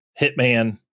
Hitman